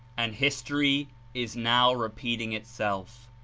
and history is now repeating itself.